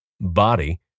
body